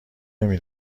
نمی